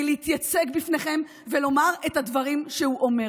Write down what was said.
להתייצב בפניכם ולומר את הדברים שהוא אומר.